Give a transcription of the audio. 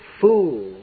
fool